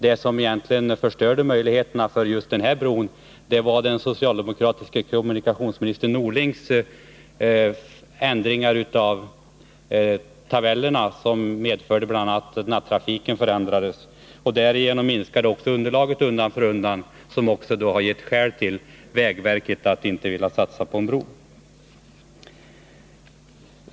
Det som egentligen förstörde möjligheterna när det gällde just den här bron var den socialdemokratiske kommunikationsministern Norlings ändringar i tabellerna, som underlaget undan för undan, vilket givit vägverket skäl att inte vilja satsa på en bro.